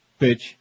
Bitch